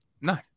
No